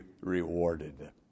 rewarded